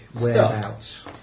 Whereabouts